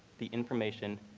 the information,